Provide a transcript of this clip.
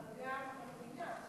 אבל גם המדינה,